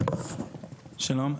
שלום.